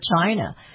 China